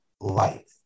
life